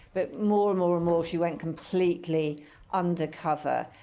but more and more and more, she went completely undercover.